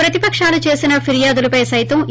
ప్రతిపకాలు చేసిన ఫిర్యాదులపై సైతం ఈ